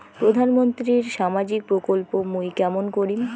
প্রধান মন্ত্রীর সামাজিক প্রকল্প মুই কেমন করিম?